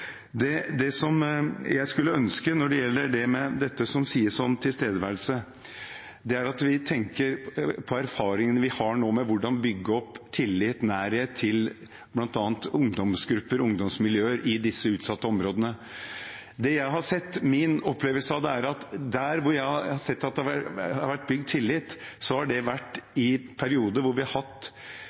Det jeg skulle ønske når det gjelder dette som sies om tilstedeværelse, er at vi tenker på erfaringene vi nå har med hvordan bygge opp tillit og nærhet til bl.a. ungdomsgrupper og ungdomsmiljøer i disse utsatte områdene. Det jeg har sett, og min opplevelse av det, er at der hvor jeg har sett at det har vært bygd tillit, har det vært i perioder hvor vi har hatt